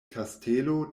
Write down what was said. kastelo